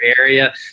area